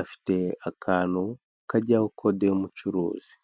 afite akantu kajyaho kode y'umucuruzi.